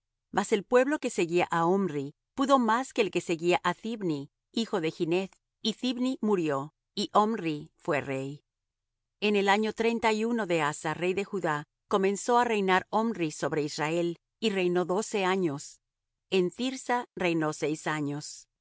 mas el pueblo que seguía á omri pudo más que el que seguía á thibni hijo de gineth y thibni murió y omri fué rey en el año treinta y uno de asa rey de judá comenzó á reinar omri sobre israel y reinó doce años en thirsa reinó seis años